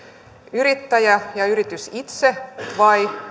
yrittäjä ja yritys itse vai